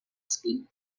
speak